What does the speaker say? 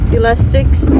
elastics